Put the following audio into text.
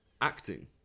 acting